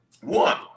One